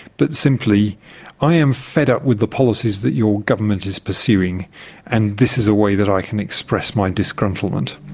but simply i am fed up with the policies that your government is pursuing and this is a way that i can express my disgruntlement.